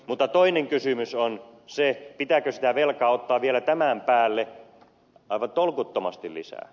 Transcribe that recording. mutta toinen kysymys on se pitääkö sitä velkaa ottaa vielä tämän päälle aivan tolkuttomasti lisää